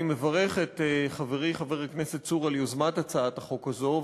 אני מברך את חברי חבר הכנסת צור על יוזמת הצעת החוק הזאת.